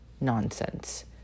nonsense